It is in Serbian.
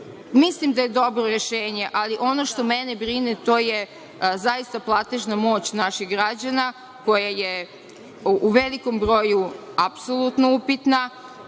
ušteda. Mislim da je dobro rešenje, ali ono što mene brine, jeste platežna moć naših građana, koja je u velikom broju apsolutno upitna.